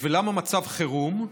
ולמה מצב חירום?